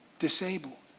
disabled,